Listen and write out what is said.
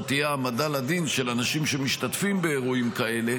תהיה העמדה לדין של אנשים שמשתתפים באירועים כאלה,